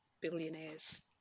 billionaires